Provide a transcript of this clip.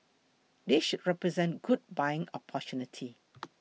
this should represent good buying opportunity